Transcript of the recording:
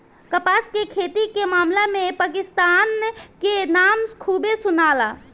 कपास के खेती के मामला में पाकिस्तान के नाम खूबे सुनाला